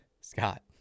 Scott